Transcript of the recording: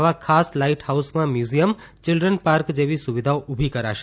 આવા ખાસ લાઇટહાઉસમાં મ્યુઝિયમ ચીલ્ડ્રનપાર્ક જેવી સુવિધાઓ ઊભી કરાશે